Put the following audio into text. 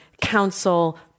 counsel